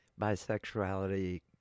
bisexuality